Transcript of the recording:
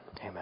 Amen